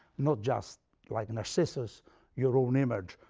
not just like narcissus your own image,